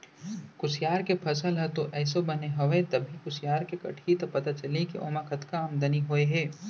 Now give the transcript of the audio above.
कुसियार के फसल ह तो एसो बने हवय अभी कुसियार ह कटही त पता चलही के ओमा कतका आमदनी होय हे